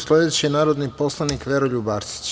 Sledeći je narodni poslanik Veroljub Arsić.